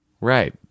Right